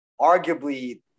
arguably